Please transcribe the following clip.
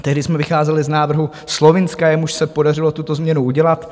Tehdy jsme vycházeli z návrhu Slovinska, jemuž se podařilo tuto změnu udělat.